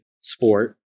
sport